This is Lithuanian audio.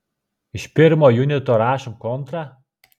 iš pirmo junito rašom kontrą